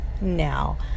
now